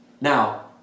Now